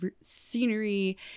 scenery